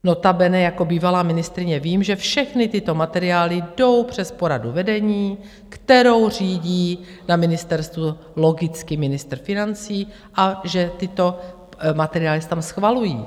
Notabene jako bývalá ministryně vím, že všechny tyto materiály jdou přes poradu vedení, kterou řídí na ministerstvu logicky ministr financí, a že tyto materiály se tam schvalují.